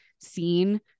seen